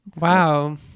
Wow